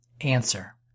Answer